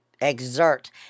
exert